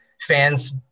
fans –